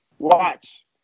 Watch